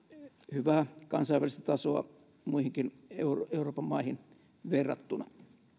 hyvää kansainvälistä tasoa muihinkin euroopan maihin verrattuna